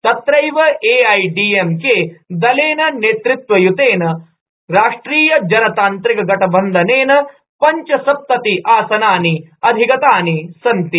तत्रैव एआईएडीएमकेदलनेतत्वयूतेन राष्ट्रिय जनतांत्रिकगठबंधनेन पंचसप्तति आसनानि अधिगतानि सन्ति